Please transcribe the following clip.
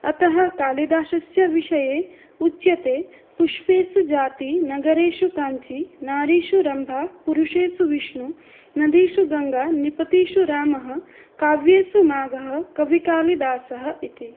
अतः कालिदासस्य विषये उच्यते पुष्पेषु जातिः नगरेषु काञ्ची नारीषु रम्भा पुरुषेषु विष्णुः नदीषु गङ्गा नृपतीषु रामः काव्येषु माघः कविकालिदासः इति